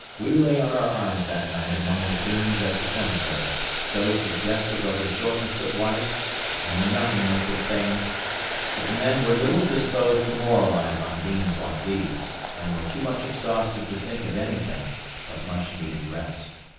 we lay on our arms that night among the tombs at the cemetery, so suggestive of the shortness of life and the nothingness of fame but the men were little disposed to moralize on themes like these and were too much exhausted to think of anything but much-needed rest.